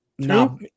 No